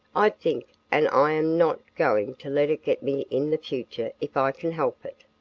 i think, and i'm not going to let it get me in the future if i can help it.